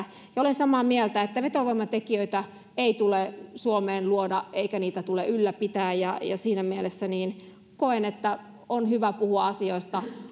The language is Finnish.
olen samaa mieltä että vetovoimatekijöitä ei tule suomeen luoda eikä niitä tule ylläpitää ja siinä mielessä koen että on hyvä puhua asioista